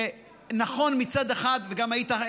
וגם אתה היית,